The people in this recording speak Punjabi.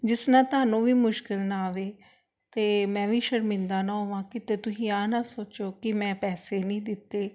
ਜਿਸ ਨਾਲ ਤੁਹਾਨੂੰ ਵੀ ਮੁਸ਼ਕਿਲ ਨਾ ਆਵੇ ਅਤੇ ਮੈਂ ਵੀ ਸ਼ਰਮਿੰਦਾ ਨਾ ਹੋਵਾਂ ਕਿਤੇ ਤੁਸੀਂ ਆਹ ਨਾ ਸੋਚੋ ਕਿ ਮੈਂ ਪੈਸੇ ਨਹੀਂ ਦਿੱਤੇ